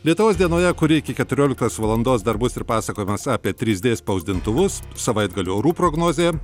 lietuvos dienoje kuri iki keturioliktos valandos dar bus ir pasakojimas apie tris d spausdintuvus savaitgalio orų prognozė